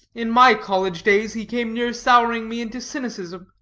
in my college-days he came near souring me into cynicism.